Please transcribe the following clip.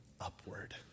upward